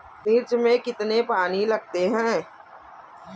मिर्च में कितने पानी लगते हैं?